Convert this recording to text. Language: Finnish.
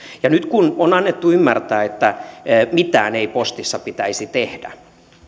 nyt kun on annettu ymmärtää että mitään ei postissa pitäisi tehdä